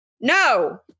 no